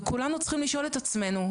וכולנו צריכים לשאול את עצמנו,